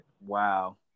wow